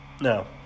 No